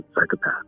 psychopath